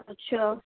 اچھا